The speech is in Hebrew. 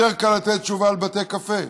יותר קל לתת תשובה לבתי קפה.